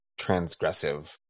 transgressive